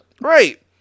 right